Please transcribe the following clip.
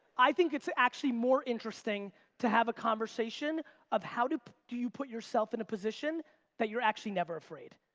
i think it's actually more interesting to have a conversation of how do do you put yourself in a position that you're actually never afraid.